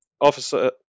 officer